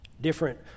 different